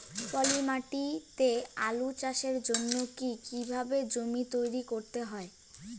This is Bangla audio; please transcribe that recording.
পলি মাটি তে আলু চাষের জন্যে কি কিভাবে জমি তৈরি করতে হয়?